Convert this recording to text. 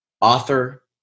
author